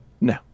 No